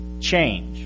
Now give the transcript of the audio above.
change